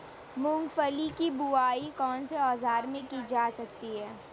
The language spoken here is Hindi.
मूंगफली की बुआई कौनसे औज़ार से की जाती है?